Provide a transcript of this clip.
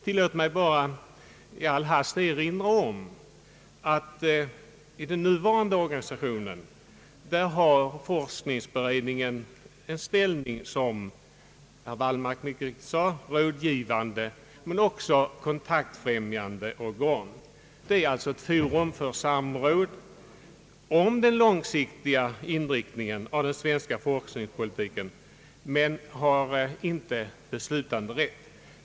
Tillåt mig bara i all hast erinra om att forskningsberedningen i den nuvarande organisationen har en ställning, vilket herr Wallmark mycket riktigt framhöll, såsom rådgivande men också kontaktbefrämjande organ. Den är alltså ett forum för samråd om den långsiktiga inriktningen av den svenska forskningspolitiken men den har inte beslutanderätt.